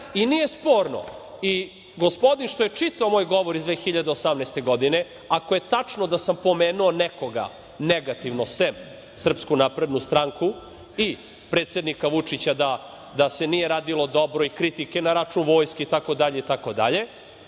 i nije sporno. Gospodin što je čitao moj govor iz 2018. godine ako je tačno da sam pomenuo nekoga negativno, sem SNS i predsednika Vučića da se nije radilo dobro i kritike na račun vojske itd.